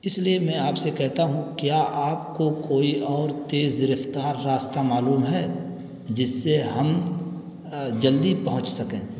اس لیے میں آپ سے کہتا ہوں کیا آپ کو کوئی اور تیز رفتار راستہ معلوم ہے جس سے ہم جلدی پہنچ سکیں